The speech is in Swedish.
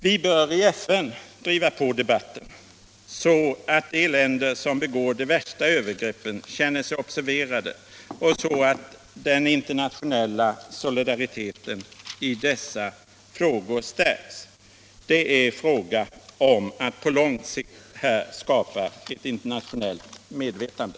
Vi bör i FN fortsätta att driva på debatten, så att de länder som begår de värsta övergreppen känner sig observerade och så att den internationella solidariteten i dessa frågor stärks. Det är här fråga om att på lång sikt skapa ett starkare internationellt medvetande.